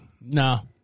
No